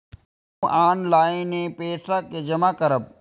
हमू ऑनलाईनपेसा के जमा करब?